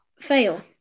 fail